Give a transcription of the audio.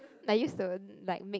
I use the word like meet